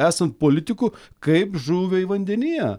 esant politiku kaip žuviai vandenyje